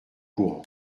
courant